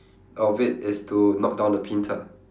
of it is to knock down the pins ah